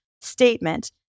statement